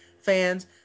fans